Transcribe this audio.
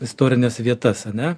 istorines vietas ane